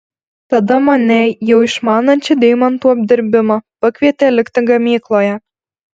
tada mane jau išmanančią deimantų apdirbimą pakvietė likti gamykloje